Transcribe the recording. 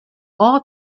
all